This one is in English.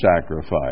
sacrifice